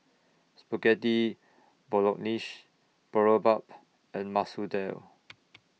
Spaghetti Bolognese Boribap and Masoor Dal